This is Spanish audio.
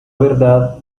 verdad